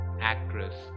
actress